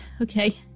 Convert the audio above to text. okay